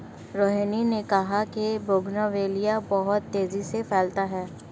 रोहिनी ने कहा कि बोगनवेलिया बहुत तेजी से फैलता है